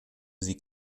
sie